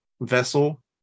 vessel